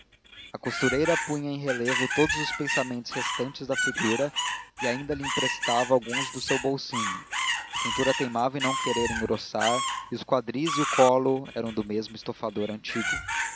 a costureira punha em relevo todos os pensamentos restantes da figura e ainda lhe emprestava alguns do seu bolsinho a cintura teimava em não querer engrossar e os quadris e o colo eram do mesmo estofador antigo